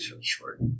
Short